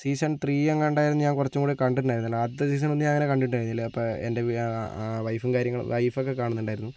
season three എങ്ങാണ്ട് ആയിരുന്നു ഞാൻ കുറച്ചും കൂടി കണ്ടിട്ടുണ്ടായിരുന്നത് ആദ്യത്തെ സീസൺ ഒന്നും ഞാൻ അങ്ങനെ കണ്ടിട്ടുണ്ടായിരുന്നില്ല അപ്പോൾ എൻ്റെ വൈഫും കാര്യങ്ങളും വൈഫൊക്കെ കാണുന്നുണ്ടായിരുന്നു